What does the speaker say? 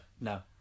No